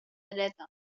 dreta